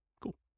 Cool